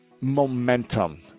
momentum